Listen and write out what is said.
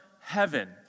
heaven